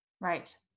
Right